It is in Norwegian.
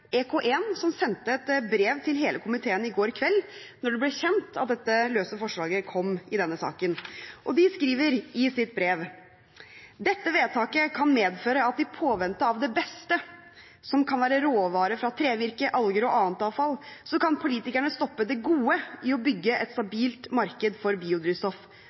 som sendte et brev til hele komiteen i går kveld, da det ble kjent at dette løse forslaget kom i denne saken. De skriver i sitt brev: «Dette vedtaket kan medføre at i påvente av det BESTE , kan politikerne stoppe det GODE i å bygge et stabilt marked for biodrivstoff